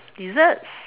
desserts